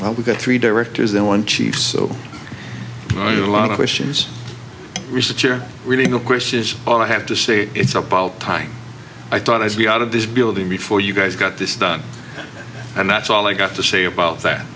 either we've got three directors then one chief so i know a lot of questions research or reading of course is all i have to say it's about time i thought i would be out of this building before you guys got this done and that's all i got to say about that